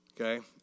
okay